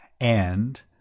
And